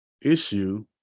issue